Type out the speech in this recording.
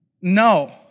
no